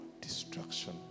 destruction